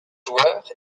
joueur